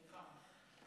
סליחה.